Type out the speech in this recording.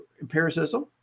Empiricism